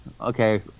okay